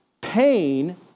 pain